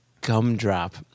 Gumdrop